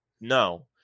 No